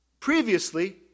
Previously